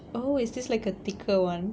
oh is this like a thicker [one]